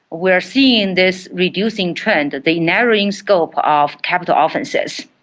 we are seeing this reducing trend, the narrowing scope of capital offences.